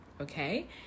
okay